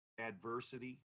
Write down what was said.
adversity